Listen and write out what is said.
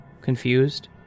Confused